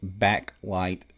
backlight